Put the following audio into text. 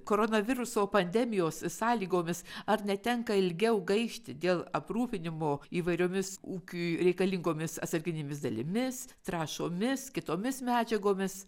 koronaviruso pandemijos sąlygomis ar netenka ilgiau gaišti dėl aprūpinimo įvairiomis ūkiui reikalingomis atsarginėmis dalimis trąšomis kitomis medžiagomis